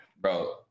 bro